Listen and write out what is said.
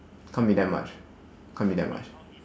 can't be that much can't be that much